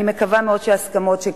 אני מקווה מאוד שההסכמות,